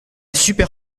super